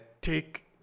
take